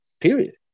Period